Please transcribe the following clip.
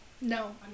No